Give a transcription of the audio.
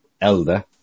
elder